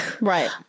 Right